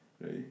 Right